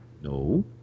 No